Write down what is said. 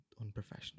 unprofessional